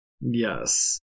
Yes